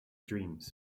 dreams